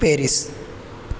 Paris